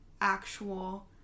actual